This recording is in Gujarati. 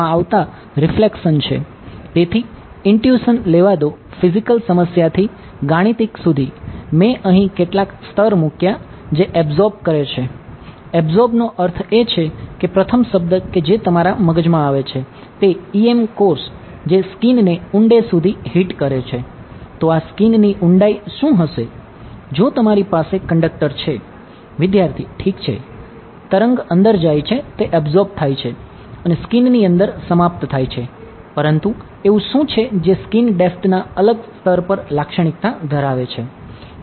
તરંગ અંદર જાય છે તે એબ્સોર્બ થાય છે અને સ્કીનની અંદર સમાપ્ત થાય છે પરંતુ એવું શું છે જે સ્કીન ડેપ્થના અલગ સ્તર પર લાક્ષણિક્તા ધરાવે છે